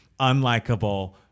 unlikable